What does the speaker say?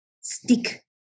stick